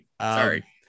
sorry